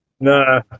No